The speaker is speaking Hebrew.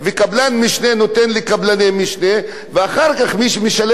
ואחר כך מי שמשלם את המחיר זה העובדים הפשוטים,